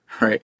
right